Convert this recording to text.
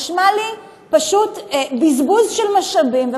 נשמעות לי פשוט בזבוז של משאבים,